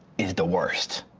is the worst.